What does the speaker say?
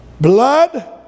blood